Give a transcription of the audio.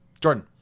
Jordan